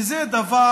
זה דבר